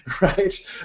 Right